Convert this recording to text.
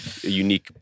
unique